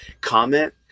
comment